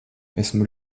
esmu